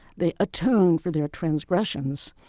they atoned for their transgressions.